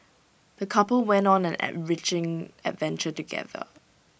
the couple went on an enriching adventure together